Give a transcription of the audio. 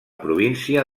província